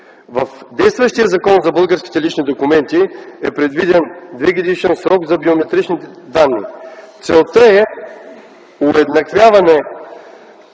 В действащия Закон за българските лични документи е предвиден двегодишен срок за биометричните данни. Целта е уеднаквяване